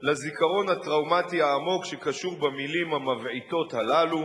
לזיכרון הטראומטי העמוק שקשור במלים המבעיתות הללו.